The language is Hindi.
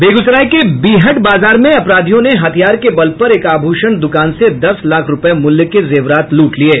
बेगूसराय के बीहट बाजार में अपराधियों ने हथियार के बल पर एक आभूषण दुकान से दस लाख रूपये मूल्य के जेवरात लूट लिये